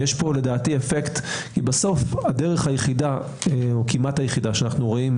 יש פה לדעתי אפקט כי בסוף הדרך היחידה או כמעט היחידה שאנחנו רואים